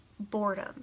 boredom